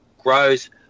grows